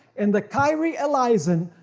and the kyrie eleisen,